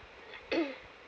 oh